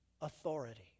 authority